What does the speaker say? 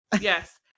Yes